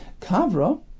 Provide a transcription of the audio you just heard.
Kavra